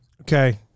okay